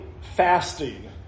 fasting